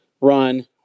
run